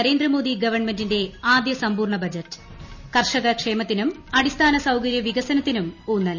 നരേന്ദ്രമോദി ഗവൺമെന്റിന്റെ ആദ്യ സമ്പൂർണ ബജറ്റ് കർഷക ക്ഷേമത്തിനും അടിസ്ഥാന സൌകര്യ വികസനത്തിനും ഊന്നൽ